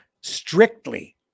strictly